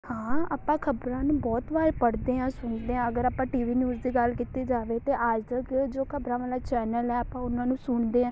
ਹਾਂ ਆਪਾਂ ਖ਼ਬਰਾਂ ਨੂੰ ਬਹੁਤ ਵਾਰ ਪੜ੍ਹਦੇ ਹਾਂ ਸੁਣਦੇ ਹਾਂ ਅਗਰ ਆਪਾਂ ਟੀ ਵੀ ਨਿਊਜ਼ ਦੀ ਗੱਲ ਕੀਤੀ ਜਾਵੇ ਤਾਂ ਆਜ ਤੱਕ ਜੋ ਖ਼ਬਰਾਂ ਵਾਲਾ ਚੈਨਲ ਹੈ ਆਪਾਂ ਉਹਨਾਂ ਨੂੰ ਸੁਣਦੇ ਹਾਂ